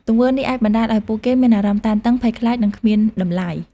ទង្វើនេះ អាចបណ្តាលឲ្យពួកគេមានអារម្មណ៍តានតឹង ភ័យខ្លាច និងគ្មានតម្លៃ។